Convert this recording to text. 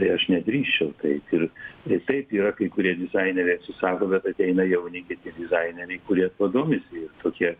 tai aš nedrįsčiau taip ir ir taip yra kai kurie dizaineriai atsisako bet ateina jauni kiti dizaineriai kurie domisi tokie